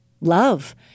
love